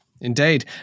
Indeed